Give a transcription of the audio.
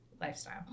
lifestyle